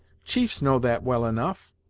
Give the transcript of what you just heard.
chiefs know that well enough.